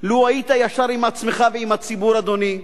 לו היית ישר עם עצמך ועם הציבור, אדוני,